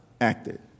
acted